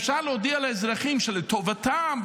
אפשר להודיע לאזרחים שלטובתם,